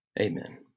amen